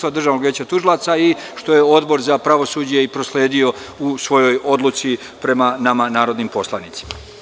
DVT i što je Odbor za pravosuđe i prosledio u svojoj odluci prema nama narodnim poslanicima.